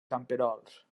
camperols